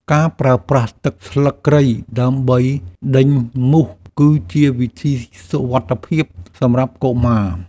ការប្រើប្រាស់ទឹកស្លឹកគ្រៃដើម្បីដេញមូស គឺជាវិធីសុវត្ថិភាពសម្រាប់កុមារ។